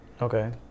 Okay